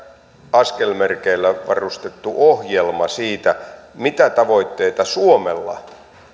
askelmerkeillä varustettu ohjelma siitä mitä tavoitteita suomella